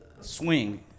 swing